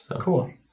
Cool